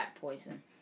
poison